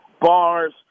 Bars